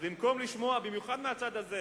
אז במקום לשמוע, במיוחד מהצד הזה